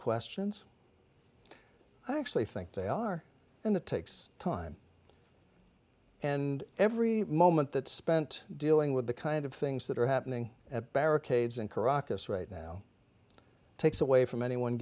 questions i actually think they are in a takes time and every moment that spent dealing with the kind of things that are happening at barricades in caracas right now takes away from anyone